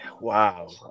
Wow